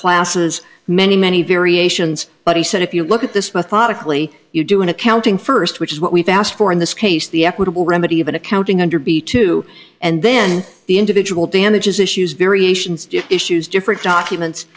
classes many many variations but he said if you look at this methodically you do an accounting first which is what we've asked for in this case the equitable remedy of an accounting under b two and then the individual damages issues variations issues different documents